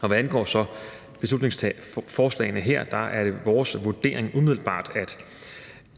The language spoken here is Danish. Hvad angår beslutningsforslagene her, er det vores vurdering, at